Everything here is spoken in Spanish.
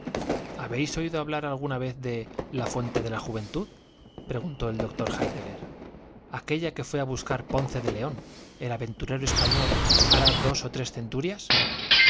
habéis oído hablar alguna vez de la fuente de la juventud preguntó el doctor héidegger aquélla que fué a buscar ponce de león el aventurero español hará dos o tres centurias